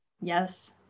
Yes